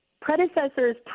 predecessor's